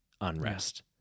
unrest